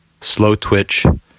slowtwitch